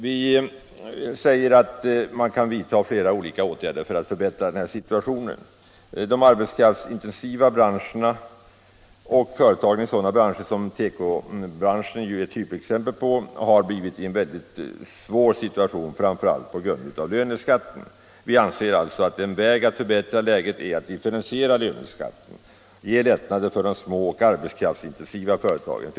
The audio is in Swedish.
Vi säger att man kan vidta flera olika åtgärder för att förbättra situationen. Företagen i de arbetskraftsintensiva branscherna, som ju tekobranschen är ett typexempel på, har kommit i en mycket svår situation framför allt på grund av löneskatten. Vi anser alltså att en väg att förbättra läget är att differentiera löneskatten och ge lättnader till de små och arbetskraftintensiva företagen.